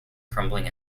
crumbling